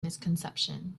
misconception